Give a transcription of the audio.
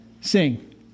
sing